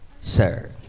sir